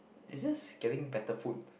is this getting better food